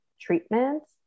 treatments